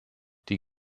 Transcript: die